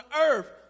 earth